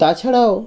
তাছাড়াও